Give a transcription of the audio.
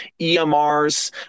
EMRs